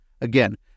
Again